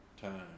time